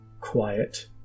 quiet